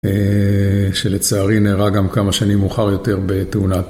שלצערי נהרג גם כמה שנים מאוחר יותר בתאונה